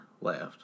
left